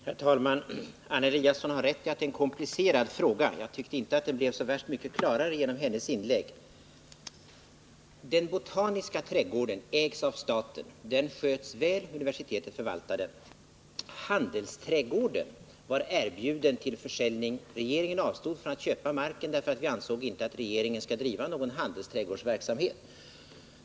Herr talman! Anna Eliasson har rätt i att det är en komplicerad fråga, men jag tycker inte att den blir så värst mycket klarare genom hennes inlägg. Den botaniska trädgården ägs av staten, och den sköts väl. Universitetet förvaltar den. Handelsträdgården var erbjuden till försäljning. Regeringen avstod från att köpa marken, därför att den ansåg att den inte skall driva någon handelsträdgårdsverksamhet.